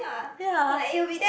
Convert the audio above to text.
ya